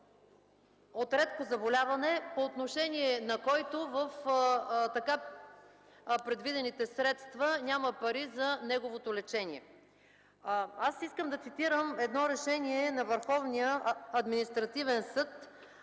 от рядко заболяване, по отношение на който в така предвидените средства няма пари за неговото лечение? Аз искам да цитирам едно решение на